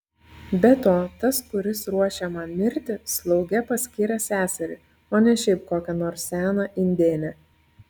be to tas kuris ruošia man mirtį slauge paskyrė seserį o ne šiaip kokią nors seną indėnę